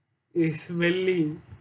it's smelly